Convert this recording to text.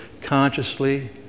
consciously